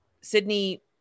Sydney